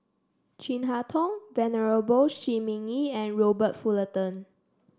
Chin Harn Tong Venerable Shi Ming Yi and Robert Fullerton